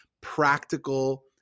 practical